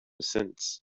since